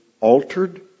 altered